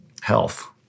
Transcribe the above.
health